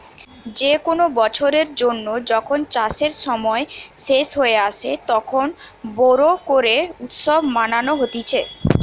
যে কোনো বছরের জন্য যখন চাষের সময় শেষ হয়ে আসে, তখন বোরো করে উৎসব মানানো হতিছে